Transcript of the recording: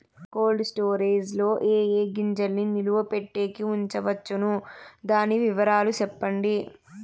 Cold storage లో ఏ ఏ గింజల్ని నిలువ పెట్టేకి ఉంచవచ్చును? దాని వివరాలు సెప్పండి?